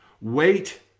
wait